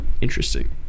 interesting